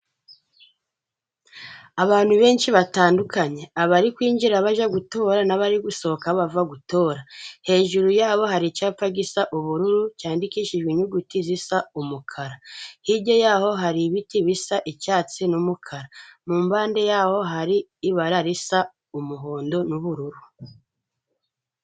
Abantu benshi batandukanye abari kwinjira bajya guto n'abari gusohoka bava gutora hejuru yabo hari icyapa gisa ubururu cyandikishijejwe inyuguti zisa umukara, hirya yaho hari ibiti bisa icyatsi n'umukara, mu mbande yaho hari ibara risa umuhondo n'ubururu.